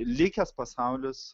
likęs pasaulis